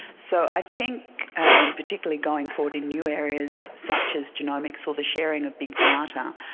so i think, and particularly going forward in new areas such as genomics or the sharing of big data,